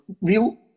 real